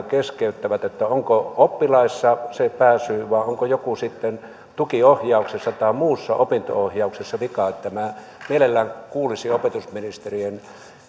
keskeyttävät onko oppilaissa se pääsyy vai onko sitten tukiohjauksessa tai muussa opinto ohjauksessa vikaa minä mielelläni kuulisin opetusministerin